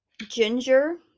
Ginger